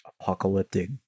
Apocalyptic